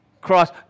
cross